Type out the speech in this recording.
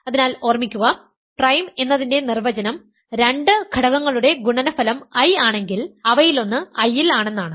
അതിനാൽ ഓർമിക്കുക പ്രൈം എന്നതിന്റെ നിർവചനം രണ്ട് ഘടകങ്ങളുടെ ഗുണനഫലം I ആണെങ്കിൽ അവയിലൊന്ന് I ൽ ആണെന്നാണ്